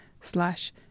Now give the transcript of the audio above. slash